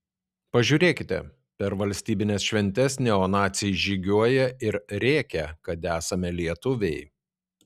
pažiūrėkite per valstybines šventes neonaciai žygiuoja ir rėkia kad esame lietuviai